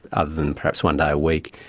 other than perhaps one day a week,